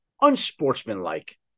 unsportsmanlike